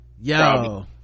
yo